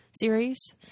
series